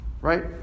right